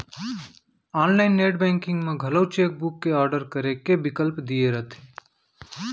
online net banking म घलौ cheque book के आडर करे के बिकल्प दिये रथे